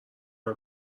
همه